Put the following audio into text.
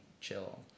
chill